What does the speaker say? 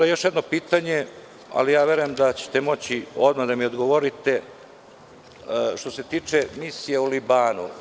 Još jedno pitanje, verujem da ćete moći odmah da mi odgovorite, što se tiče Misije u Libanu.